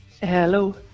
Hello